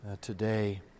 today